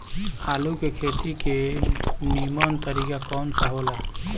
आलू के खेती के नीमन तरीका कवन सा हो ला?